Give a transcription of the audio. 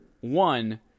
One